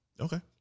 Okay